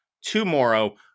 tomorrow